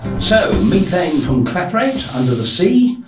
so, methane from clathrate under the sea,